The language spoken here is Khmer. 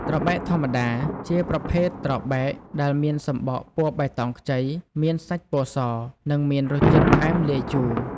ត្របែកធម្មតា ជាប្រភេទត្របែកដែលមានសំបកពណ៌បៃតងខ្ចី មានសាច់ពណ៌ស និងមានរសជាតិផ្អែមលាយជូរ។